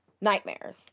nightmares